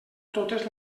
totes